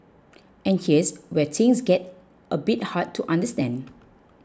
and here's where things get a bit hard to understand